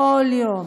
כל יום,